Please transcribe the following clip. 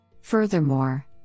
Furthermore